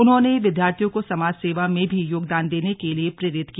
उन्होंने विद्यार्थियों को समाज सेवा में भी योगदान देने के लिए प्रेरित किया